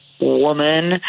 woman